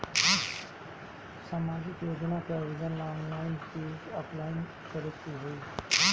सामाजिक योजना के आवेदन ला ऑनलाइन कि ऑफलाइन करे के होई?